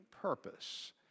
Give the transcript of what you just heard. purpose